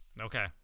Okay